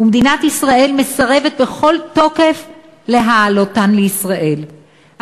ומדינת ישראל מסרבת בכל תוקף להעלותן לישראל.